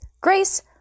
Grace